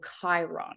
chiron